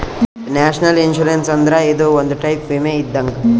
national insurance ಅಂದ್ರ ಇದು ಒಂದ್ ಟೈಪ್ ವಿಮೆ ಇದ್ದಂಗ್